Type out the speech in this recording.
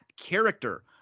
character